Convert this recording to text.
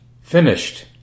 finished